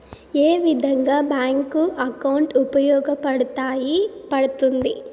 ఏ విధంగా bank account ఉపయోగపడతాయి పడ్తుంది